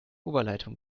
oberleitung